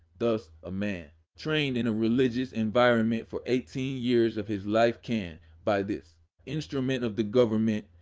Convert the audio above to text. thus, a man trained in a religious environment for eighteen years of his life can, by this instrument of the government,